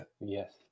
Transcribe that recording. Yes